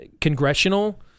congressional